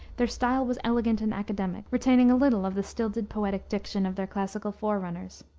their style was elegant and academic, retaining a little of the stilted poetic diction of their classical forerunners.